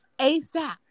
ASAP